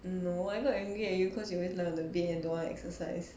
no I'm not angry at you cause you always lie on the bed and don't want to exercise